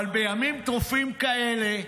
אבל בימים טרופים כאלה,